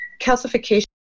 calcification